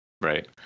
Right